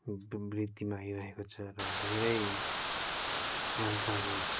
ब वृद्धिमा आइहरेको छ र धेरै यन्त्रहरू